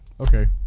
Okay